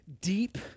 deep